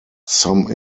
some